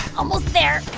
almost there.